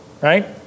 Right